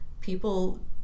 people